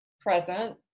present